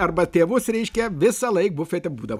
arba tėvus reiškia visąlaik bufete būdavo